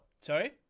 Sorry